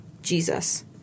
jesus